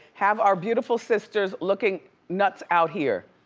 have our beautiful sisters looking nuts out here.